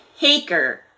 Haker